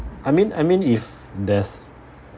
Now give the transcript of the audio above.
I mean I mean if there's